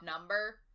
number